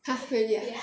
!huh! really ah